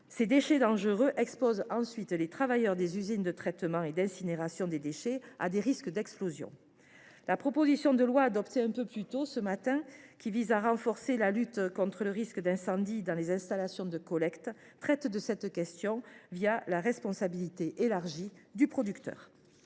ces déchets dangereux exposent en outre les travailleurs des usines de traitement et d’incinération des déchets à des risques d’explosion. La proposition de loi adoptée en début d’après midi, qui vise à renforcer la lutte contre le risque d’incendie dans les installations de collecte, traite de cette question la responsabilité élargie du producteur.